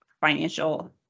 financial